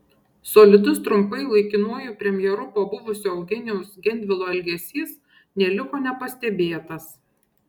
solidus trumpai laikinuoju premjeru pabuvusio eugenijaus gentvilo elgesys neliko nepastebėtas